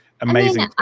Amazing